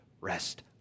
rest